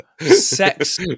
Sex